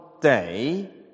day